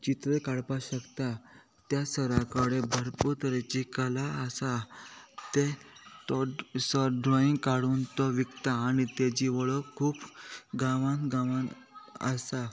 चित्र काडपाक शकता त्या सराकडे भरपूर तरेची कला आसा ते तो सर ड्रॉइंग काडून तो विकता आनी तेजी वळख खूब गांवान गांवान आसा